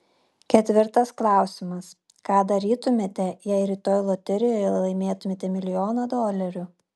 ketvirtas klausimas ką darytumėte jei rytoj loterijoje laimėtumėte milijoną dolerių